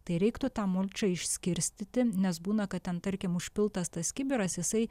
tai reiktų tą mulčią išskirstyti nes būna kad ten tarkim užpiltas tas kibiras jisai